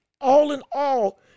all-in-all